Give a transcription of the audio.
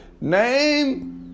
name